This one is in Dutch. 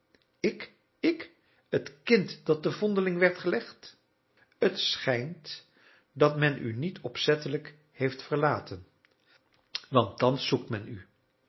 ik ik het kind dat te vondeling werd gelegd het schijnt dat men u niet opzettelijk heeft verlaten want thans zoekt men u